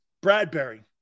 Bradbury